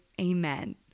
Amen